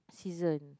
season